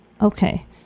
Okay